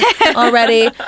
already